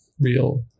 real